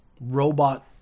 robot